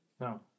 No